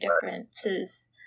differences